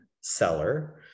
seller